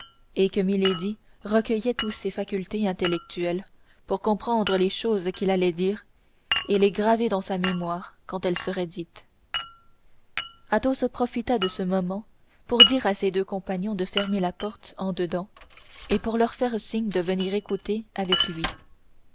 et que milady recueillait toutes ses facultés intellectuelles pour comprendre les choses qu'il allait dire et les graver dans sa mémoire quand elles seraient dites athos profita de ce moment pour dire à ses deux compagnons de fermer la porte en dedans et pour leur faire signe de venir écouter avec lui